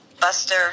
Buster